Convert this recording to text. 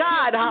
God